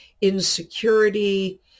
insecurity